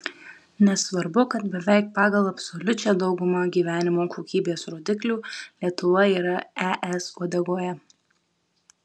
nesvarbu kad beveik pagal absoliučią daugumą gyvenimo kokybės rodiklių lietuva yra es uodegoje